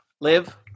live